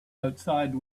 outside